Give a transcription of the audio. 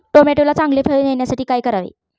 टोमॅटोला चांगले फळ येण्यासाठी काय करावे?